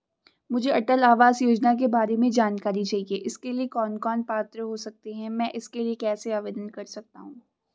मुझे अटल आवास योजना के बारे में जानकारी चाहिए इसके लिए कौन कौन पात्र हो सकते हैं मैं इसके लिए कैसे आवेदन कर सकता हूँ?